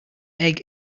egg